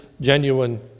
genuine